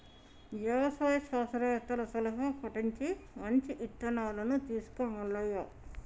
యవసాయ శాస్త్రవేత్తల సలహా పటించి మంచి ఇత్తనాలను తీసుకో మల్లయ్య